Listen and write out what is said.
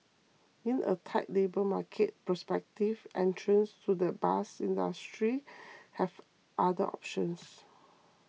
in a tight labour market prospective entrants to the bus industry have other options